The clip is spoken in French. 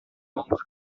membres